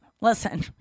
Listen